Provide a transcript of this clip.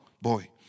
boy